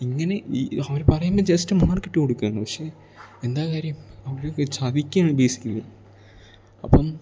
ഇങ്ങനെ ഈ അവർ പറയുമ്പം ജസ്റ്റ് മാർക്കിട്ട് കൊടുക്കുകയാണ് പക്ഷെ എന്താ കാര്യം അവർ ചതിക്കുകയാണ് ബേസിക്കലി അപ്പം